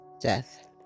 death